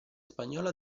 spagnola